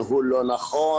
ניהול לא נכון.